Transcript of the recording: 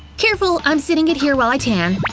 careful, i'm setting it here while i tan.